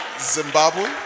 Zimbabwe